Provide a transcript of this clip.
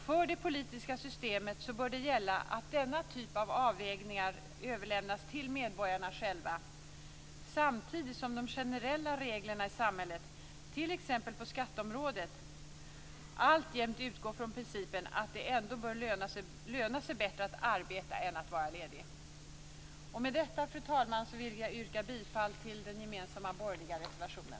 För det politiska systemet bör gälla att denna typ av avvägningar överlämnas till medborgarna själva samtidigt som de generella reglerna i samhället - t.ex. på skatteområdet - alltjämt utgår från principen att det bör löna sig bättre att arbeta än att vara ledig. Fru talman! Med detta vill jag yrka bifall till den gemensamma borgerliga reservationen.